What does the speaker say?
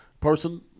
person